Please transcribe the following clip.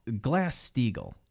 Glass-Steagall